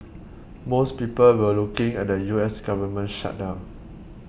most people were looking at the U S government shutdown